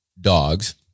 dogs